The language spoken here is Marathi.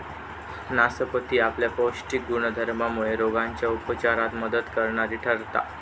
नासपती आपल्या पौष्टिक गुणधर्मामुळे रोगांच्या उपचारात मदत करणारी ठरता